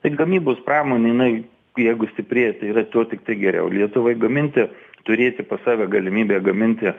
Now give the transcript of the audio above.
tai gamybos pramonė jinai jeigu stiprėja tai yra tuo tiktai geriau lietuvai gaminti turėti pas save galimybę gaminti